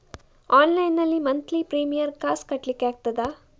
Online ನಲ್ಲಿ monthly premium ಕಾಸ್ ಕಟ್ಲಿಕ್ಕೆ ಆಗ್ತದಾ?